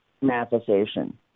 manifestation